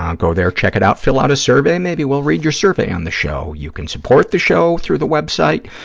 um go there, check it out. fill out a survey. maybe we'll read your survey on the show. you can support the show through the web site.